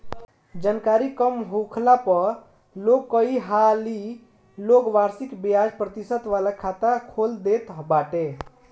जानकरी कम होखला पअ लोग कई हाली लोग वार्षिक बियाज प्रतिशत वाला खाता खोल देत बाटे